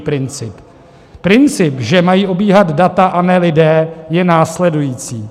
Princip, že mají obíhat data, a ne lidé, je následující.